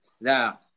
Now